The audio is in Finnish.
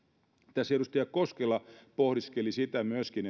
tässä edustaja koskela pohdiskeli myöskin